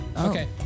Okay